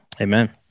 Amen